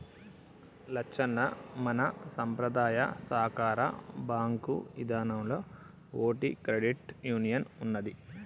లచ్చన్న మన సంపద్రాయ సాకార బాంకు ఇదానంలో ఓటి క్రెడిట్ యూనియన్ ఉన్నదీ